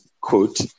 quote